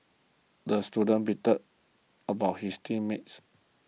the student beefed about his team mates